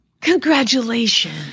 Congratulations